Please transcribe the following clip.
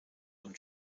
und